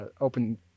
open